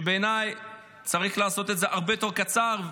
כשבעיניי צריך לעשות את זה הרבה יותר קצר,